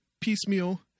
piecemeal